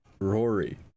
Rory